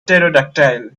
pterodactyl